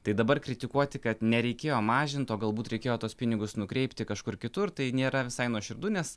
tai dabar kritikuoti kad nereikėjo mažint o galbūt reikėjo tuos pinigus nukreipti kažkur kitur tai nėra visai nuoširdu nes